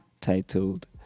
titled